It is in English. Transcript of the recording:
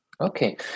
Okay